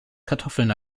kartoffeln